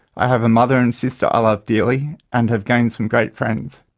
i have a mother and sister i love dearly and have gained some great friends.